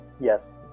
yes